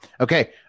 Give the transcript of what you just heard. Okay